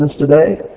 today